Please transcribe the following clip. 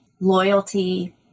loyalty